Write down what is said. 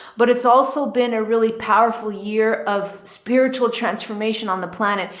but it's also been a really powerful year of spiritual transformation on the planet.